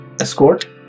escort